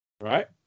right